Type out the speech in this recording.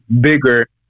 bigger